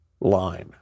line